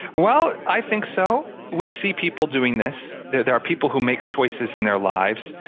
well, i think so. we see people doing this. there there are people who make choices in their lives.